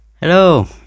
Hello